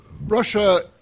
Russia